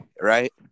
right